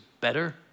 better